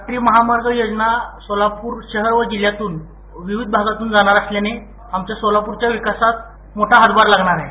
राष्ट्रीय महामार्ग योजना शहर आणि जिल्ह्यातून विविध भागातून जाणार असल्यानं आमच्या सोलापूरच्या विकासाला मोठा हातभार लागणार आहे